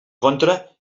contra